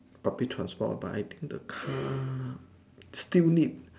public transport but I think the car still need